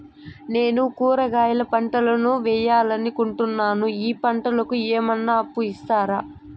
నేను కూరగాయల పంటలు వేయాలనుకుంటున్నాను, ఈ పంటలకు ఏమన్నా అప్పు ఇస్తారా?